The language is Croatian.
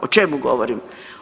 O čemu govorim?